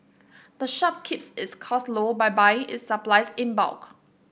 the shop keeps its costs low by buying its supplies in bulk